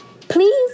please